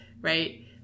Right